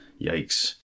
Yikes